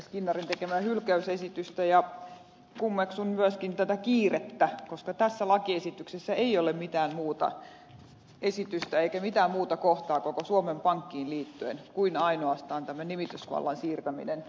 skinnarin tekemään hylkäysesitystä ja kummeksun myöskin tätä kiirettä koska tässä lakiesityksessä ei ole mitään muuta esitystä eikä mitään muuta kohtaa koko suomen pankkiin liittyen kuin ainoastaan tämä nimitysvallan siirtäminen